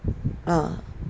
uh